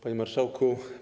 Panie Marszałku!